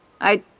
I